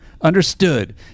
understood